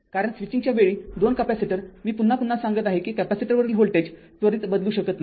कारण स्विचिंगच्या वेळी दोन कॅपेसिटर मी पुन्हा पुन्हा सांगत आहे कि कॅपेसिटरवरील व्होल्टेज त्वरित बदलू शकत नाही